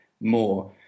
more